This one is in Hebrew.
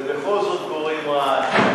זה בכל זאת גורם רעש.